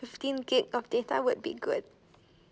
fifteen gig of data would be good